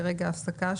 הפסקה.